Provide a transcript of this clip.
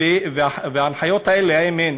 וההנחיות האלה, האם הן